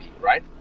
right